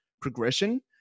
progression